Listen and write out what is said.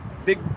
Big